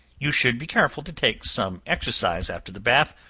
you should be careful to take some exercise after the bath,